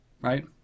right